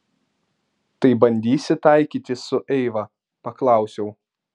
tai bandysi taikytis su eiva paklausiau